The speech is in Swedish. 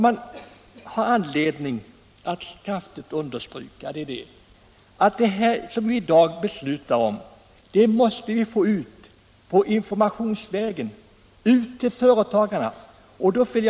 Man har anledning att kraftigt understryka: Det som vi i dag beslutar om måste vi få ut till företagarna informationsvägen.